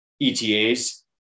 ETAs